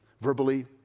verbally